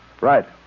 Right